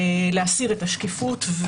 להסיר את השקיפות,